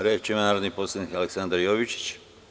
Reč ima narodni poslanik Aleksandar Jovičić.